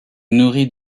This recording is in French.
nourrit